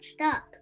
up